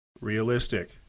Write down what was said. realistic